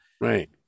right